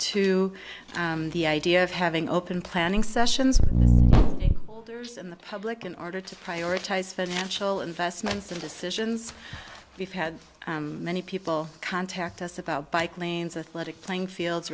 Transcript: o the idea of having open planning sessions in the public in order to prioritize financial investments in decisions we've had many people contact us about bike lanes a lot of playing fields